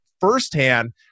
firsthand